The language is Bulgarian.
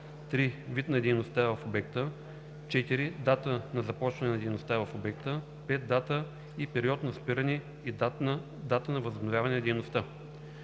3. вид на дейността в обекта; 4. дата на започване на дейността в обекта; 5. дата и период на спиране и дата на възобновяване на дейността.“